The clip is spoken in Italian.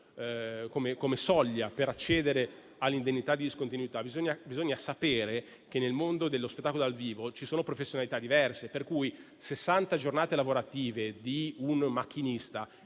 la soglia per accedere all'indennità di discontinuità, bisogna sapere che nel mondo dello spettacolo dal vivo ci sono professionalità diverse. È evidente che sessanta giornate lavorative di un macchinista